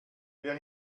wer